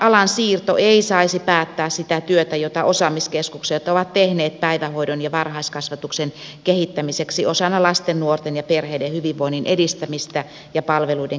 hallinnonalan siirto ei saisi päättää sitä työtä jota osaamiskeskukset ovat tehneet päivähoidon ja varhaiskasvatuksen kehittämiseksi osana lasten nuorten ja perheiden hyvinvoinnin edistämistä ja palveluiden kehittämistä